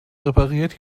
repariert